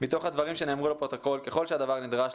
מתוך הדברים שנאמרו לפרוטוקול ככל שהדבר נדרש,